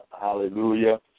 hallelujah